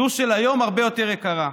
זו של היום הרבה יותר יקרה.